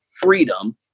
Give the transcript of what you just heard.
freedom